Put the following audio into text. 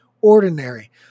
ordinary